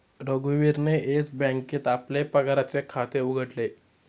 रघुवीरने येस बँकेत आपले पगाराचे खाते उघडले